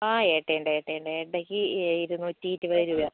ആ ഏട്ട ഉണ്ട് ഏട്ട ഉണ്ട് എട്ടക്ക് ഇരുനൂറ്റി ഇരുപത് രൂപ